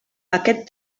aquest